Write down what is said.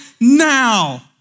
now